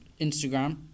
Instagram